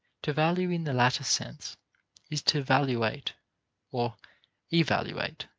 to value in the latter sense is to valuate or evaluate.